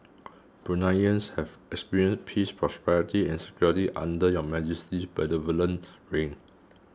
Bruneians have experienced peace prosperity and security under Your Majesty's benevolent reign